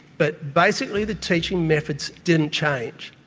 but basically the teaching methods didn't change.